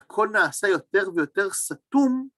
‫הכול נעשה יותר ויותר סתום.